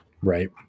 Right